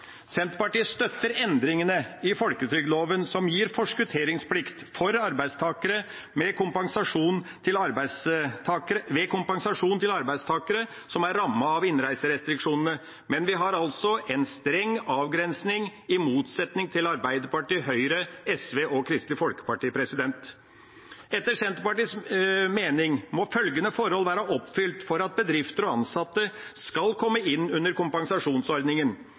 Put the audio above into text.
Senterpartiet støtter endringene i folketrygdloven som gir forskutteringsplikt ved kompensasjon til arbeidstakere som er rammet av innreiserestriksjonene. Men vi har altså en streng avgrensning, i motsetning til Arbeiderpartiet, Høyre, Sosialistisk Venstreparti og Kristelig Folkeparti. Etter Senterpartiets mening må følgende forhold være oppfylt for at bedrifter og ansatte skal komme inn under kompensasjonsordningen: